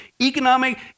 Economic